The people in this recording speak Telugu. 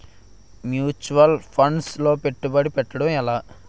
ముచ్యువల్ ఫండ్స్ లో పెట్టుబడి పెట్టడం ఎలా?